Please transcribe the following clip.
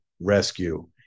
rescue